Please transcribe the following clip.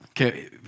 okay